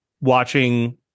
watching